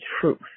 truth